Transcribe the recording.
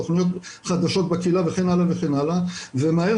תוכניות חדשות בקהילה וכן הלאה וכן הלאה ומהר